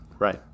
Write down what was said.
Right